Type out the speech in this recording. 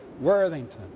Worthington